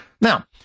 Now